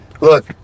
Look